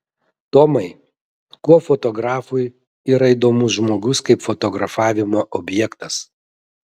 tomai kuo fotografui yra įdomus žmogus kaip fotografavimo objektas